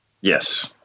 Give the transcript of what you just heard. Yes